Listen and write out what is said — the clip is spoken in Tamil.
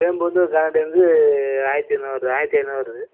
பேம்பூ வந்து ஆயிரத்தி ஐந்நூறுபா வருது ஆயிரத்தி ஐந்நூறுபா வருது